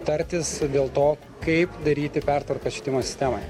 tartis dėl to kaip daryti pertvarkas švietimo sistemoje